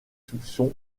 soupçons